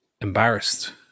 embarrassed